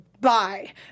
bye